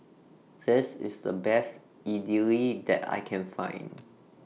This IS The Best Idili that I Can Find